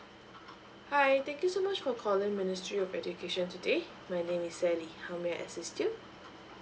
hi thank you so much for calling ministry of education today my name is sally how may I assist you